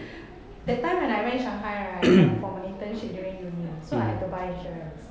that time when I went shanghai right like for my internship during uni so I had to buy insurance